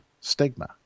stigma